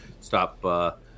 stop